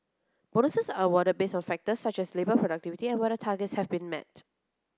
bonuses are awarded based on factors such as labour productivity and whether targets have been met